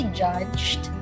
judged